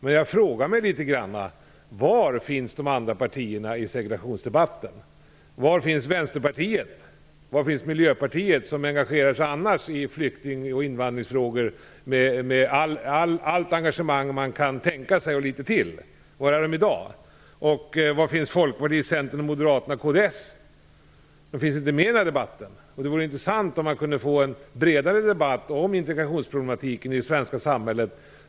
Men jag frågar mig litet grand var de andra partierna finns i segregationsdebatten. Var finns Vänsterpartiet? Var finns Miljöpartiet, som annars engagerar sig i flykting och invandringsfrågor med allt engagemang man kan tänka sig, och litet till? Var är de i dag? Var finns Folkpartiet, Centern, Moderaterna och kds? De finns inte med i den här debatten. Det vore intressant att få en bredare debatt om integrationsproblematiken i det svenska samhället.